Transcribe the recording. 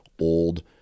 old